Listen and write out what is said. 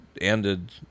ended